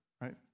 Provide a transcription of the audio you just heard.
right